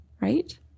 right